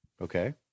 Okay